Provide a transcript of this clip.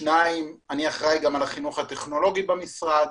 דבר שני, אני אחראי על החינוך הטכנולוגי במשרד,